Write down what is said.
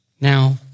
Now